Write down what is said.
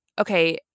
okay